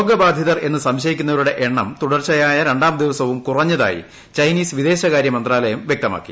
രോഗബാധിതർ എന്നു സംശയിക്കുന്നവരുടെ എണ്ണം തുടർച്ചയായ രണ്ടാം ദിവസവും കുറഞ്ഞതായി ചൈനീസ് വിദേശകാരൃമന്ത്രാലയം വൃക്തമാക്കി